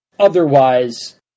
Otherwise